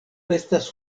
estas